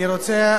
אני רוצה,